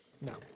No